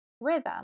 rhythm